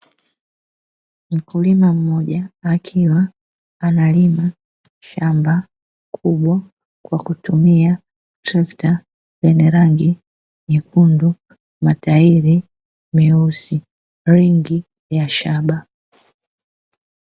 Mkulima mmoja akiwa analima shamba kubwa kwa kutumia trekta lenye rangi nyekundu, matairi meusi, rangi ya shaba.